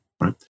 right